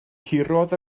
curodd